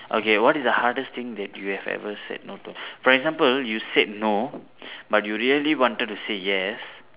okay what is the hardest thing that you have ever said no to for example you said no but you really wanted to say yes